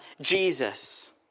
Jesus